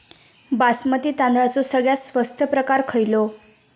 बासमती तांदळाचो सगळ्यात स्वस्त प्रकार खयलो?